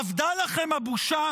אבדה לכם הבושה?